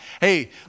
Hey